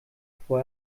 bevor